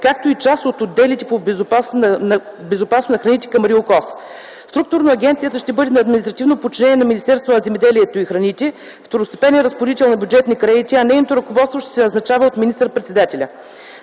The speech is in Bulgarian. както и част от отделите по безопасност на храните към РИОКОЗ. Структурно агенцията ще бъде на административно подчинение на Министерството на земеделието и храните - второстепенен разпоредител на бюджетни кредити, а нейното ръководство ще се назначава от министър-председателя.